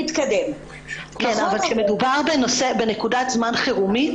אבל כאשר מדובר בנקודת זמן חירומית,